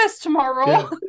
tomorrow